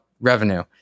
revenue